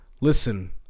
Listen